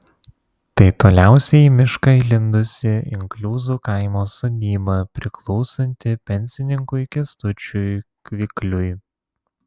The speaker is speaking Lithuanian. tai toliausiai į mišką įlindusi inkliuzų kaimo sodyba priklausanti pensininkui kęstučiui kvikliui